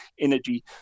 energy